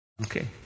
Okay